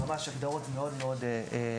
ממש הגדרות מאוד מאוד רחבות.